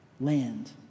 land